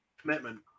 commitment